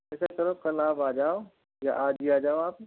ऐसा करो कल आप आ जाओ या आज ही आ जाओ आप